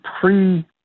pre-